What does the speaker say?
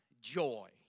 joy